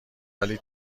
ولی